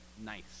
nice